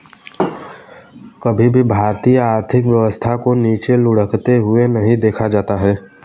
कभी भी भारतीय आर्थिक व्यवस्था को नीचे लुढ़कते हुए नहीं देखा जाता है